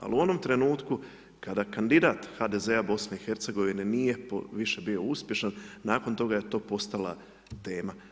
Ali u onom trenutku kada kandidat HDZ-a BiH nije više bio uspješan, nakon toga je to postala tema.